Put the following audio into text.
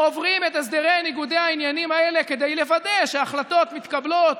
עוברים את הסדרי ניגודי העניינים האלה כדי לוודא שההחלטות מתקבלות